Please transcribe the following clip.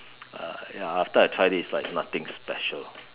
uh ya after I tried it it's like nothing special